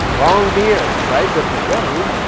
long beard, right? so if you shave,